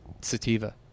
Sativa